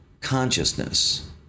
consciousness